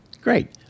Great